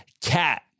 cat